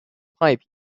pipe